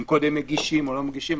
אם קודם מגישים או לא מגישים.